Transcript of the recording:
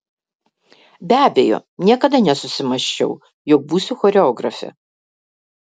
be abejo niekada nesusimąsčiau jog būsiu choreografė